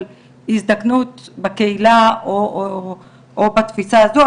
של הזדקנות בקהילה או בתפיסה הזו,